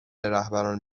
رهبران